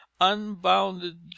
unbounded